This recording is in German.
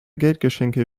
geldgeschenke